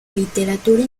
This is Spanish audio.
literatura